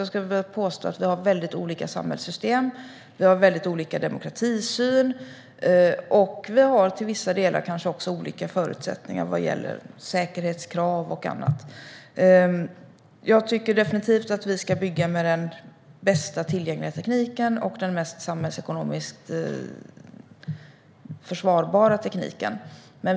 Jag skulle vilja påstå att vi har väldigt olika samhällssystem, olika demokratisyn och till vissa delar kanske också olika förutsättningar vad gäller säkerhetskrav och annat. Jag tycker definitivt att vi ska bygga med den bästa tillgängliga tekniken och den mest samhällsekonomiskt försvarbara tekniken.